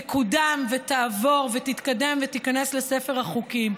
תקודם ותעבור ותתקדם ותיכנס לספר החוקים.